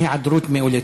היעדרות מאולצת.